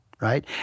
right